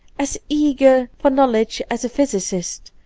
as eager for knowledge as a physicist,